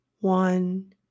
one